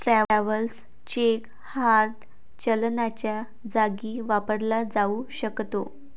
travellers cheque hard चलनाच्या जागी वापरला जाऊ शकतो